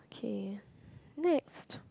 okay next